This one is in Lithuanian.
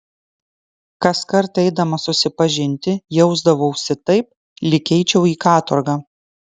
kaskart eidamas susipažinti jausdavausi taip lyg eičiau į katorgą